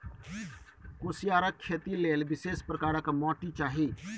कुसियारक खेती लेल विशेष प्रकारक माटि चाही